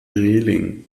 reling